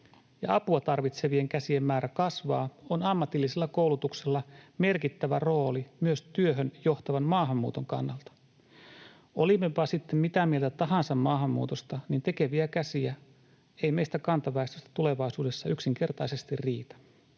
apua tarvitsevien käsien määrä kasvaa, on ammatillisella koulutuksella merkittävä rooli myös työhön johtavan maahanmuuton kannalta. Olimmepa sitten mitä mieltä tahansa maahanmuutosta, niin tekeviä käsiä ei meistä kantaväestöstä tulevaisuudessa yksinkertaisesti riitä.